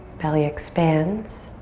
belly expands.